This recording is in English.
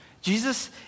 Jesus